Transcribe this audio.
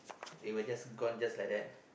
it will just gone just like that